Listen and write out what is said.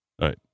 right